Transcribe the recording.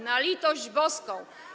Na litość boską!